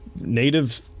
Native